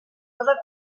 cosa